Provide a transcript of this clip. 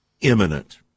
imminent